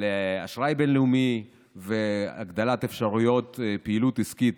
לאשראי בין-לאומי והגדלת אפשרויות הפעילות העסקית